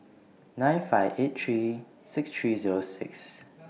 nine five eight three six three Zero six